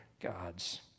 God's